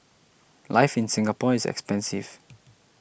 life in Singapore is expensive